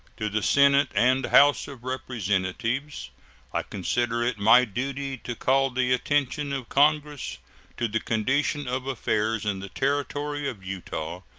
to the senate and house of representatives i consider it my duty to call the attention of congress to the condition of affairs in the territory of utah,